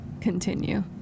Continue